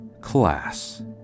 Class